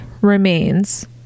remains